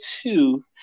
two